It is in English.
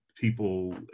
People